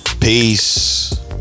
peace